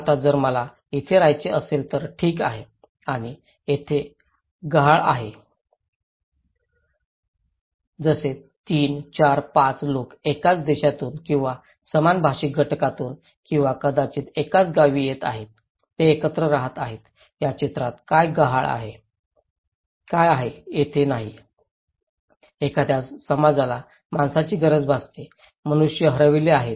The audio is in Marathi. आता जर मला तिथे राहायचे असेल तर ठीक आहे आणि जे येथे गहाळ आहे जसे 345 लोक एकाच देशातून किंवा समान भाषिक गटातून किंवा कदाचित एकाच गावी येत आहेत ते एकत्र राहत आहेत या चित्रात काय गहाळ आहे काय आहे तेथे नाही एखाद्या समाजाला माणसाची गरज भासते मनुष्य हरवले आहेत